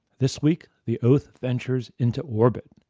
this week, the oath ventures into orbit.